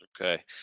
Okay